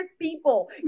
people